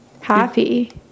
happy